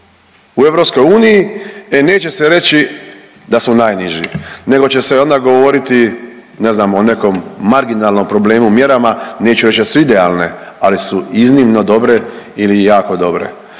u EU e neće se reći da smo najniži, nego će se onda govoriti ne znam o nekom marginalnom problemu, mjerama. Neću reći da su idealne, ali su iznimno dobre ili jako dobre.